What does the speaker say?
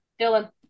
Dylan